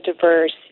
diverse